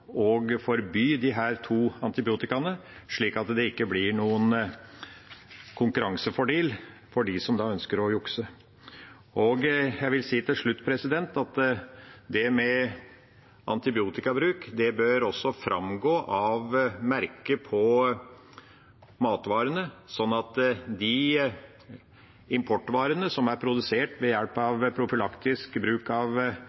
og forby disse to antibiotikaene, slik at det ikke blir noen konkurransefordel for dem som ønsker å jukse. Til slutt vil jeg si at det med antibiotikabruk også bør framgå av merket på matvarene, slik at det står på merket til de importvarene som er produsert ved hjelp av profylaktisk bruk av